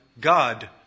God